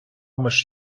меш